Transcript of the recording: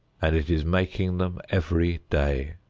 and it is making them every day.